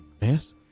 yes